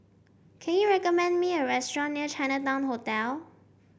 can you recommend me a restaurant near Chinatown Hotel